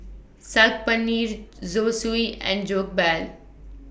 Saag Paneer Zosui and Jokbal